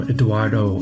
Eduardo